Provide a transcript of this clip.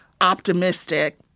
optimistic